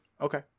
Okay